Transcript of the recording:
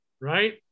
right